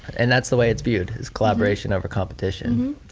and that's the way it's viewed is collaboration over competition.